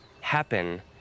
happen